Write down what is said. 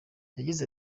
yagize